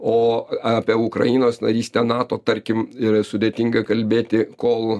o apie ukrainos narystę nato tarkim ir sudėtinga kalbėti kol